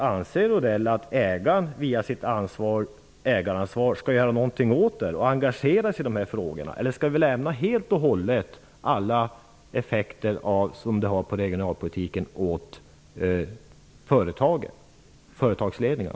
Anser Odell att ägaren via sitt ägaransvar skall göra någonting åt det här och engagera sig i de här frågorna eller skall vi överlåta åt företagsledningarna att ta ställning till alla effekter som omstruktureringar har på regionalpolitiken?